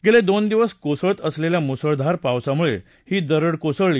गेले दोन दिवस कोसळत असलेल्या मुसळधार पावसामुळे दरड कोसळली